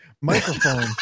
Microphone